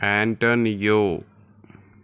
antonio